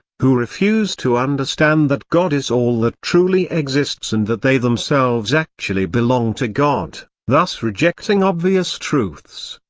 who refuse to understand that god is all that truly exists and that they themselves actually belong to god, thus rejecting obvious truths,